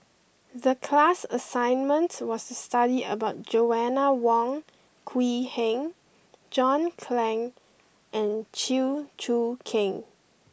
the class assignment was to study about Joanna Wong Quee Heng John Clang and Chew Choo Keng